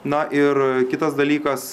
na ir kitas dalykas